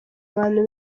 abantu